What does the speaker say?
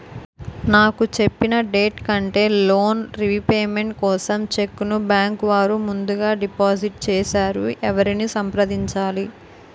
నాకు చెప్పిన డేట్ కంటే లోన్ రీపేమెంట్ కోసం చెక్ ను బ్యాంకు వారు ముందుగా డిపాజిట్ చేసారు ఎవరిని సంప్రదించాలి?